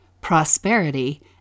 prosperity